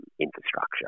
infrastructure